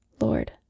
Lord